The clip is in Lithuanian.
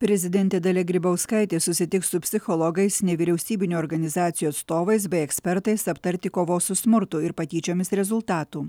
prezidentė dalia grybauskaitė susitiks su psichologais nevyriausybinių organizacijų atstovais bei ekspertais aptarti kovos su smurtu ir patyčiomis rezultatų